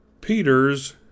Peter's